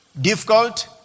difficult